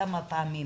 כמה פעמים